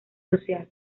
social